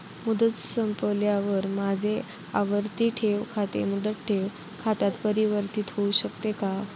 मुदत संपल्यावर माझे आवर्ती ठेव खाते मुदत ठेव खात्यात परिवर्तीत होऊ शकते का?